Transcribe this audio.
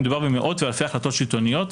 מדובר במאות ואלפי החלטות שלטוניות,